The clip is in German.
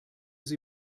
sie